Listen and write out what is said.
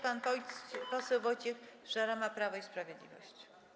Pan poseł Wojciech Szarama, Prawo i Sprawiedliwość.